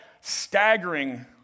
staggering